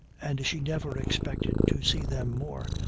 and she never expected to see them more,